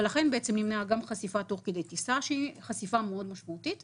ולכן נמנעה חשיפה תוך כדי טיסה שהיא חשיפה משמעותית מאוד,